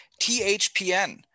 THPN